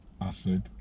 acid